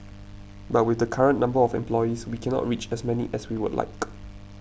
but with the current number of employees we cannot reach as many as we would like